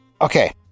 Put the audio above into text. okay